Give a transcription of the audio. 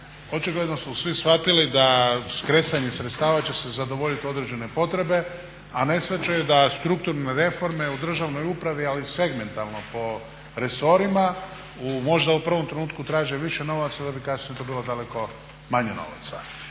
Očigledno su svi shvatili da s kresanjem sredstava će se zadovoljiti određene potrebe, a ne shvaćaju da strukturne reforme u državnoj upravi ali segmentalno po resorima možda u prvom trenutku traže više novaca da bi kasnije to bilo daleko manje novaca.